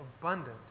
abundant